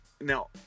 Now